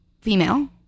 female